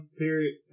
period